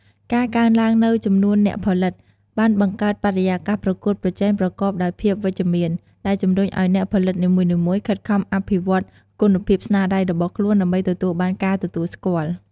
ការកើនឡើងនូវចំនួនអ្នកផលិត បានបង្កើតបរិយាកាសប្រកួតប្រជែងប្រកបដោយភាពវិជ្ជមាន ដែលជំរុញឱ្យអ្នកផលិតនីមួយៗខិតខំអភិវឌ្ឍគុណភាពស្នាដៃរបស់ខ្លួន ដើម្បីទទួលបានការទទួលស្គាល់។